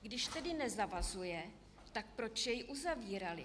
Když tedy nezavazuje, tak proč jej uzavírali?